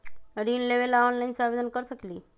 ऋण लेवे ला ऑनलाइन से आवेदन कर सकली?